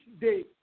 day